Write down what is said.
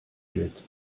jette